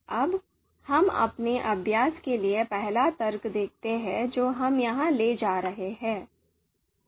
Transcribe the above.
अब हम अपने अभ्यास के लिए पहला तर्क देखते हैं जो हम यहां ले जा रहे हैं